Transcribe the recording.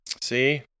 See